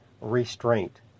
restraint